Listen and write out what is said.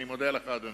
אני מודה לך, אדוני.